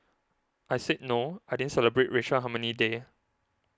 I said no I didn't celebrate racial harmony day